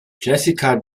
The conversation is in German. jessica